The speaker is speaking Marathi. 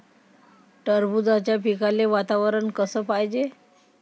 टरबूजाच्या पिकाले वातावरन कस पायजे?